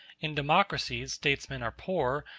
in democracies statesmen are poor,